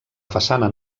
façana